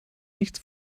nichts